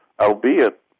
albeit